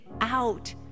out